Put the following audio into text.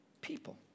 people